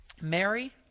Mary